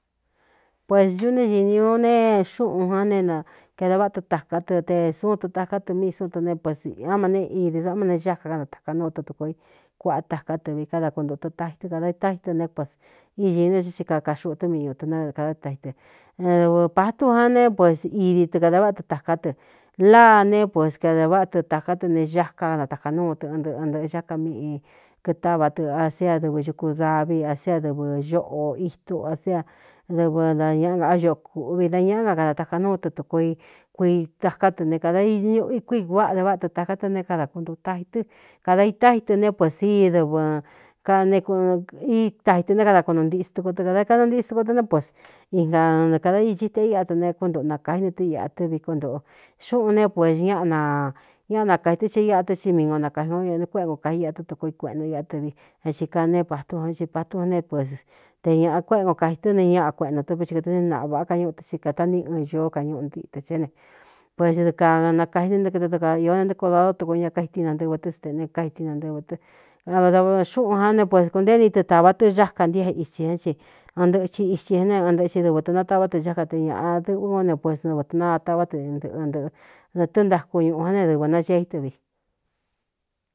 Pues ñuꞌ né ñin ñūu ne xúꞌūn jan ne kaede váꞌa tɨ tāká tɨ te suun tu taká tɨ mii súu tɨ ne pes áma ne idi saꞌmá ne xáka kanataka núu tɨtuko i kuaꞌa taká tɨ vi kada kuntuꞌu tɨtaji ɨ kadā itájí tɨ ne kues iñito tɨ xikaka xuꞌu tɨ́ mi ñuꞌu tɨ nkāda ítaxi tɨ dɨvɨ patú jan ne pues idi tɨ kādā váꞌa tɨ tāká tɨ láa ne pues kedā váꞌa tɨ tāká tɨ ne xáka nataka núu tɨ ɨn ntɨꞌɨ̄ ntɨ̄ꞌɨ cá ka míꞌi kɨtávaꞌ tɨ aséa dɨvɨ ñuku davi asia dɨvɨ ñôꞌo itu aséa dɨvɨ dañaꞌa ngaꞌá ñoꞌo kūꞌvi da ñaꞌá nka kanataka núu tɨ tɨkoo i kui taká tɨ ne kāda ñꞌ kuikváꞌa de váꞌa tɨ tāká tɨ ne kada kuntu tai tɨ kadā itá i tɨ ne pues i dɨvɨ taitɨ né kada kunu ntisi tɨ ko tɨ kāda kadantisi tɨ ko tɨ ná pus ingane kadā īchí te íꞌa tɨ ne kúntuꞌu nakaí ne tɨ iꞌa tɨ́ vi kontōꞌo xúꞌūn ne puēs ñaꞌa nañáꞌa nakāji tɨ che iꞌa tɨ́ hí mii n o nakaji kó né kuéꞌe koo kai iꞌa tɨ tukoo i kueꞌntu íꞌa tɨ vi a xhi ka neé patú jan chi patú n neé pués te ñāꞌa kuéꞌe koo kaji tɨ́ ne ñaꞌa kueꞌentō tɨ́ vɨ kɨtɨ ni naꞌa vaꞌá kañúꞌu tɨ xi kāta ní ɨn ñoó kañúꞌu ntitɨ ché ne pues dɨ kanakaí nɨ ntɨ kɨa dɨ kaa īó ne ntéko dadó tuku ña kaiti nantɨvɨ tɨ́ satene kaiti nanɨvɨ tɨ av xúꞌūn jan ne pues kūnténi tɨ tāvá tɨ xáka ntia ithi án ci an ndɨꞌɨ chi ithi an neé an tɨꞌɨ́ hi dɨvɨ tɨ nataꞌvá tɨ cá ka te ñāꞌa dɨꞌvɨ o ne puést ntɨvɨ tunaataꞌváa tɨ ntɨꞌɨ ntɨ̄ꞌɨ netɨɨ ntaku ñuꞌu ján ne dɨvɨ̄ naceí tɨ vi.